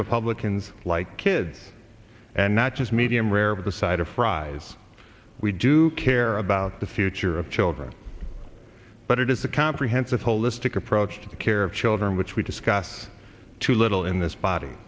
republicans like kids and not just medium rare with a side of fries we do care about the future of children but it is a comprehensive holistic approach to the care of children which we discuss too little in this body